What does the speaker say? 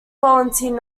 volunteered